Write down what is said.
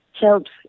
helps